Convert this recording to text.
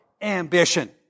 ambition